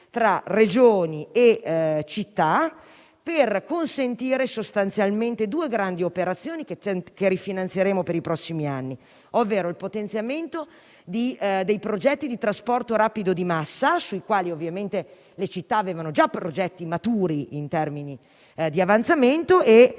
tra Regioni e città, per consentire due grandi operazioni che rifinanzieremo per i prossimi anni, ovvero il potenziamento dei progetti di trasporto rapido di massa, sui quali le città avevano già progetti maturi in termini di avanzamento, e